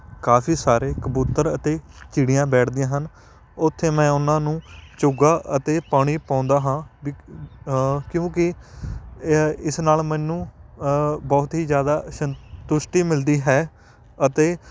ਕਾਫੀ ਸਾਰੇ ਕਬੂਤਰ ਅਤੇ ਚਿੜੀਆਂ ਬੈਠਦੀਆਂ ਹਨ ਉੱਥੇ ਮੈਂ ਉਹਨਾਂ ਨੂੰ ਚੋਗਾ ਅਤੇ ਪਾਣੀ ਪਾਉਂਦਾ ਹਾਂ ਵੀ ਕਿਉਂਕਿ ਇਸ ਨਾਲ ਮੈਨੂੰ ਬਹੁਤ ਹੀ ਜ਼ਿਆਦਾ ਸੰਤੁਸ਼ਟੀ ਮਿਲਦੀ ਹੈ ਅਤੇ